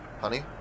honey